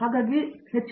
professor